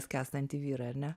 skęstantį vyrą ar ne